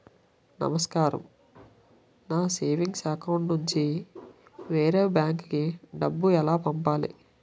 నమస్కారం నాకు savings account నుంచి వేరే బ్యాంక్ కి డబ్బు ఎలా పంపాలి?